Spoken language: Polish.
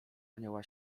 anioła